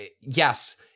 yes